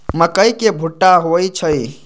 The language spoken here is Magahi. मकई के भुट्टा होई छई